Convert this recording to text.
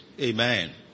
Amen